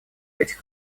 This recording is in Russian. этих